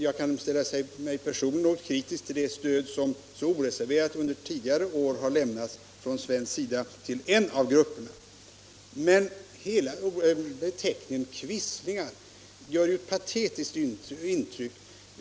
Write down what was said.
Jag kan personligen ställa mig något tveksam inför det stöd som så okritiskt under tidigare år har lämnats från svenskt håll till en av grupperna. Beteckningen ”quislingar” gör vidare ett patetiskt intryck i dessa sammanhang.